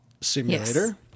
Simulator